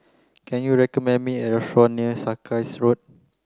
can you recommend me a restaurant near Sarkies Road